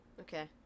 Okay